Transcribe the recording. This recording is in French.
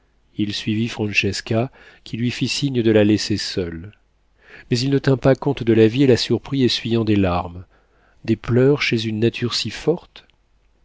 il suivit francesca qui lui fit signe de la laisser seule mais il ne tint pas compte de l'avis et la surprit essuyant des larmes des pleurs chez une nature si forte